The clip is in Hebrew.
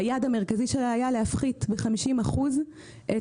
שהיעד המרכזי שלה היה להפחית ב-50% את